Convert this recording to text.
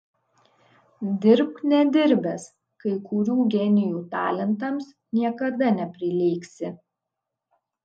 dirbk nedirbęs kai kurių genijų talentams niekada neprilygsi